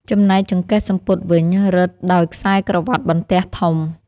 ចំណែកចង្កេះសំពត់វិញ រឹតដោយខ្សែក្រវាត់បន្ទះធំ។